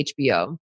HBO